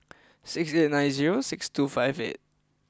six eight nine zero six two five eight